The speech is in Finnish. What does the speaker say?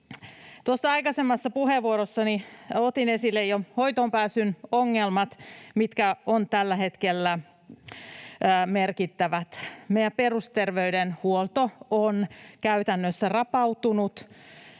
aikaisemmassa puheenvuorossani otin esille jo hoitoonpääsyn ongelmat, jotka ovat tällä hetkellä merkittäviä. Meidän perusterveydenhuolto on käytännössä rapautunut.